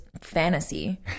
fantasy